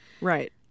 Right